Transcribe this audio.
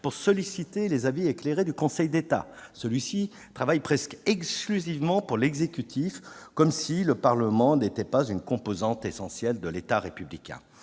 pour solliciter les avis éclairés du Conseil d'État. Celui-ci travaille presque exclusivement pour l'exécutif, comme si le Parlement n'était pas une composante essentielle de l'État républicain.